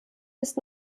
ist